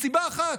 מסיבה אחת: